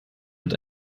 mit